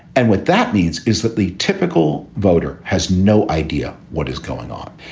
and what that means is that the typical voter has no idea what is going on.